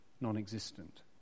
non-existent